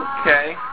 okay